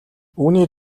үүний